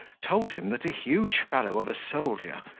told him that a huge fellow of a soldier,